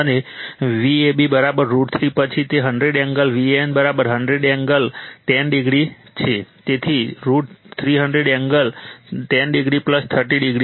અને Vab √ 3 પછી તે 100 એંગલ Van 100 angle 10o છે તેથી √ 300 એંગલ 10o 30o છે